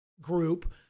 group